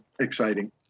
exciting